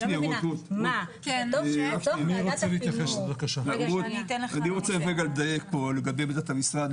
אני רוצה רגע לדייק פה לגבי המשרד,